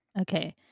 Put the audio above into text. okay